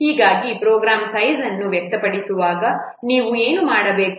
ಹೀಗಾಗಿ program size ಅನ್ನು ವ್ಯಕ್ತಪಡಿಸುವಾಗ ನೀವು ಏನು ಮಾಡಬೇಕು